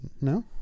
No